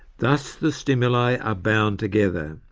thus the stimuli are bound together.